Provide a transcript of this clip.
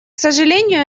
сожалению